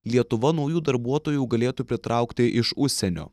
lietuva naujų darbuotojų galėtų pritraukti iš užsienio